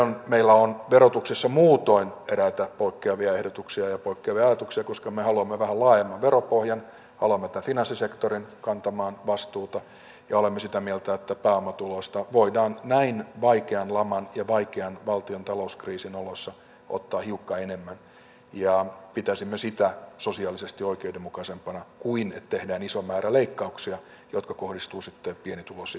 sitten meillä on verotuksessa muutoin eräitä poikkeavia ehdotuksia ja poikkeavia ajatuksia koska me haluamme vähän laajemman veropohjan haluamme finanssisektorin kantamaan vastuuta ja olemme sitä mieltä että pääomatuloista voidaan näin vaikean laman ja valtion vaikean talouskriisin oloissa ottaa hiukka enemmän ja pitäisimme sitä sosiaalisesti oikeudenmukaisempana kuin sitä että tehdään iso määrä leikkauksia jotka kohdistuvat sitten pienituloisiin ihmisiin